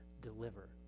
deliver